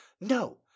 No